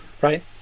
Right